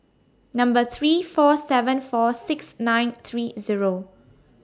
Number three four seven four six nine three Zero